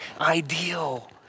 ideal